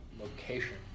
location